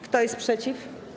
Kto jest przeciw?